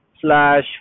slash